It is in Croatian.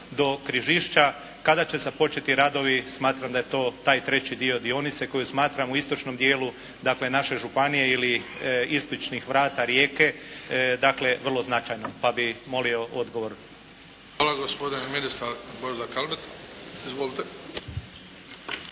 Hvala. Gospodin ministar možda Kalmeta. Izvolite.